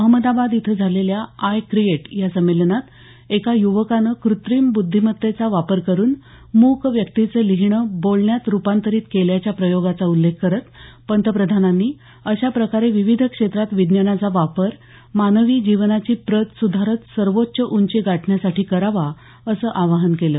अहमदाबाद इथं झालेल्या iCreate या संमेलनात एका युवकानं क्रत्रीम ब्रुद्धिमत्तेचा वापर करून मूक व्यक्तीचं लिहीणं बोलण्यात रूपांतरित केल्याच्या प्रयोगाचा उल्लेख करत पंतप्रधानांनी अशा प्रकारे विविध क्षेत्रात विज्ञानाचा वापर मानवी जीवनाची प्रत सुधारत सर्वोच्च उंची गाठण्यासाठी करावा असं आवाहन केलं